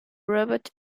robot